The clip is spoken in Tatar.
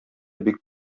бик